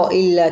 il